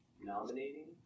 nominating